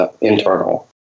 internal